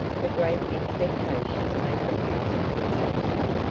for great expectations may produce excelsior'.